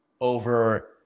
over